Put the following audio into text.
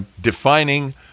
defining